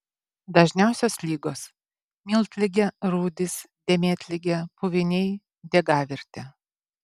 dažniausios ligos miltligė rūdys dėmėtligė puviniai diegavirtė